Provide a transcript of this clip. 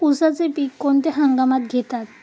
उसाचे पीक कोणत्या हंगामात घेतात?